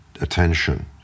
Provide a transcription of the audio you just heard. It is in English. attention